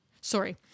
Sorry